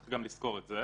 צריך לזכור גם את זה.